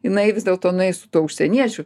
jinai vis dėlto nueis su tuo užsieniečiu